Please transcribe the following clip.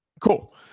Cool